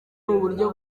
uburyo